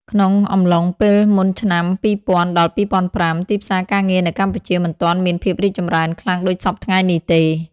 ក្នុងអំឡុងពេលមុនឆ្នាំ ២០០០ ដល់ ២០០៥ ទីផ្សារការងារនៅកម្ពុជាមិនទាន់មានភាពរីកចម្រើនខ្លាំងដូចសព្វថ្ងៃនេះទេ។